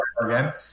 again